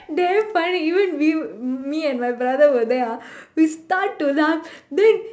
damn funny even we me and brother was there ah we start to laugh then